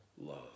love